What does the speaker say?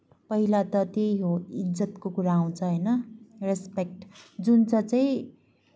पहिला त त्यही हो इज्जतको कुरा आउँछ होइन रेस्पेक्ट जुन चा चाहिँ